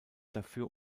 dafür